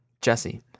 Jesse